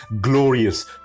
glorious